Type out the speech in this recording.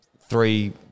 three